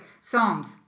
Psalms